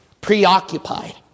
preoccupied